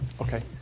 Okay